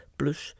plus